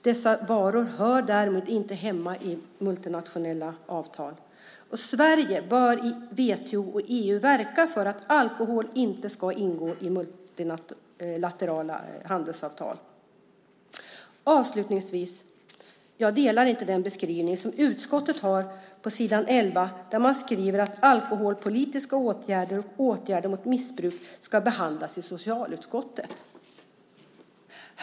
Dessa varor hör därmed inte hemma i multilaterala avtal. Sverige bör därför i WTO och i EU verka för att alkohol inte ska ingå i multilaterala handelsavtal. Jag delar inte den beskrivning som utskottet gör då man på s. 11 skriver att alkoholpolitiska åtgärder och åtgärder mot missbruk ska behandlas i socialutskottet.